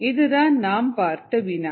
இதுதான் நாம் பார்த்த வினா